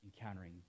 encountering